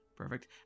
perfect